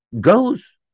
goes